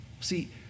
See